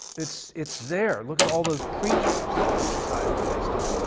it's it's there. look at all those preachers that the society is based on.